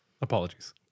Apologies